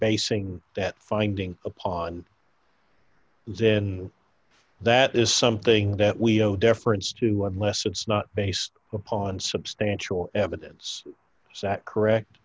basing that finding upon then that is something that we owe deference to unless it's not based upon substantial evidence so that correct